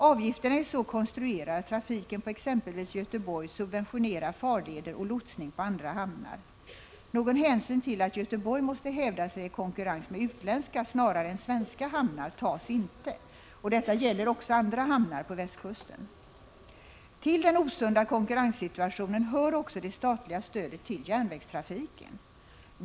Avgifterna är så konstruerade att trafiken på exempelvis Göteborg subventionerar farleder och lotsning på andra hamnar. Någon hänsyn till att Göteborg måste hävda sig i konkurrens med utländska snarare än svenska hamnar tas inte. Detta gäller också för andra hamnar på västkusten. > Till den osunda konkurrenssituationen hör också det statliga stödet till järnvägstrafiken.